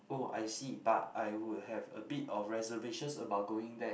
oh I see but I would have a bit of reservations about going there